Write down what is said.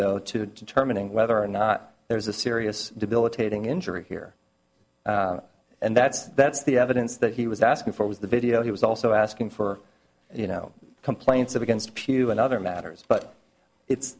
though to determining whether or not there is a serious debilitating injury here and that's that's the evidence that he was asking for was the video he was also asking for you know complaints against pew and other matters but it's